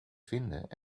vinden